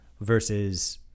versus